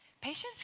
Patience